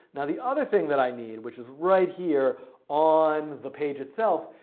now, the other thing that i need, which is right here on the page itself,